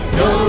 no